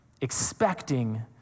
expecting